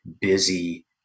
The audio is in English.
busy